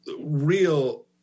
real